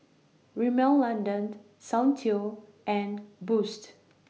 Rimmel London Soundteoh and Boost